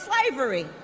slavery